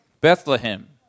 Bethlehem